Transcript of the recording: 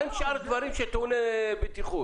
מה עם שאר הדברים טעוני הבטיחות?